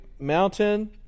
Mountain